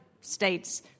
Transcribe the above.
states